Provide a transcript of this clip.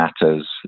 matters